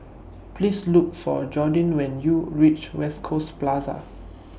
Please Look For Jordin when YOU REACH West Coast Plaza